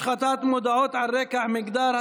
השחתת מודעות על רקע מגדר),